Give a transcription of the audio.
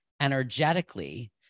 energetically